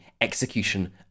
execution